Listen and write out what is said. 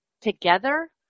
together